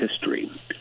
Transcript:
history